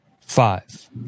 Five